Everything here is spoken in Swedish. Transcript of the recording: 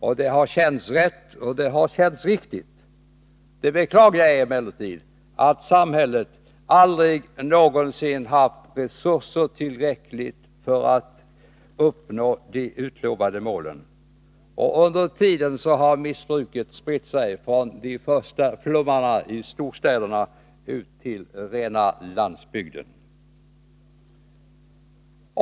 Och det har känts rätt och riktigt. Det beklagliga är emellertid att samhället aldrig någonsin haft tillräckliga resurser för att uppnå de utlovade målen. Och under tiden har missbruket spritt sig från de första flummarna i storstäderna ut till rena landsbygden.